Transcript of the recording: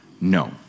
No